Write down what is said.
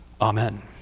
Amen